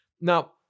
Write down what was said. Now